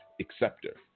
acceptor